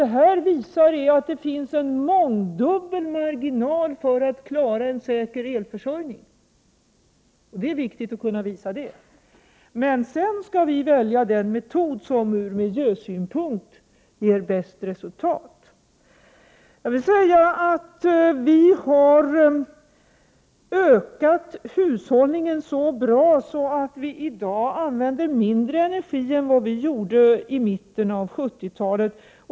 Detta visar att det finns en mångdubbel marginal för att klara en säker elförsörjning. Det är viktigt att kunna visa. Sedan skall vi välja den metod som ur miljösynpunkt ger bäst resultat. Vi har ökat hushållningen så bra att vi i dag använder mindre energi än vad vi gjorde i mitten av 70-talet.